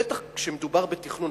בטח כשמדובר בתכנון,